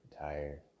tired